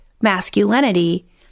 masculinity